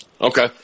Okay